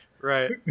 Right